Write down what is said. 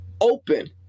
open